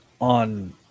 on